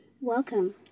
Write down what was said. welcome